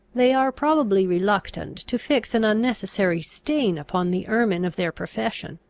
they are probably reluctant to fix an unnecessary stain upon the ermine of their profession.